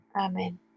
amen